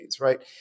right